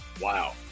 Wow